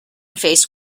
faced